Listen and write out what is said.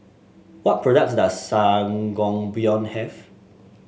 what products does Sangobion have